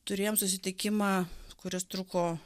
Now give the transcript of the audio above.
turėjom susitikimą kuris truko